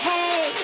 Hey